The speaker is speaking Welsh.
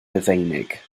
rufeinig